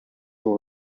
were